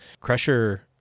Crusher